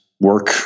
work